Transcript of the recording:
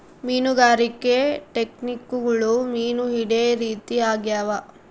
ಮೀನುಗಾರಿಕೆ ಟೆಕ್ನಿಕ್ಗುಳು ಮೀನು ಹಿಡೇ ರೀತಿ ಆಗ್ಯಾವ